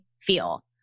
feel